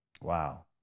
Wow